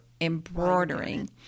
embroidering